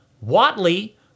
Watley